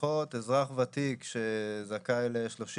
ההנחה למקבלי הבטחת הכנסה קבועה גם בתקנות ההנחה בארנונה.